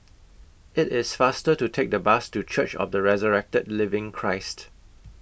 IT IS faster to Take The Bus to Church of The Resurrected Living Christ